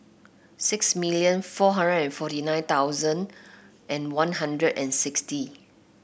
six million four hundred and forty nine thousand and One Hundred and sixty